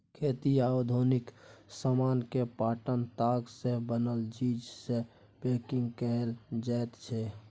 खेती आ औद्योगिक समान केँ पाटक ताग सँ बनल चीज सँ पैंकिग कएल जाइत छै